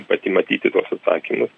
pati matyti tuos atsakymus